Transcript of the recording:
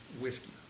whiskey